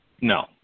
No